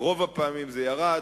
ברוב הפעמים זה ירד.